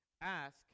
Ask